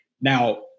Now